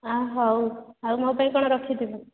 ହଁ ହଉ ଆଉ ମୋ ପାଇଁ କ'ଣ ରଖିଥିବୁ